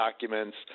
documents